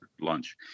lunch